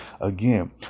Again